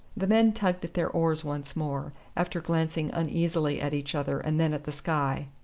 the men tugged at their oars once more, after glancing uneasily at each other and then at the sky.